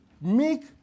Make